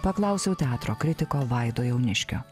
paklausiau teatro kritiko vaido jauniškio